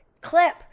clip